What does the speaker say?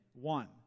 one